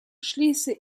schließe